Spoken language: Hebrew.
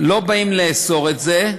לא באים לאסור את זה,